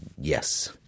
yes